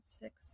six